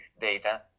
data